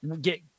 get